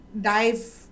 dive